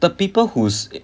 the people who's